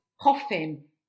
coffin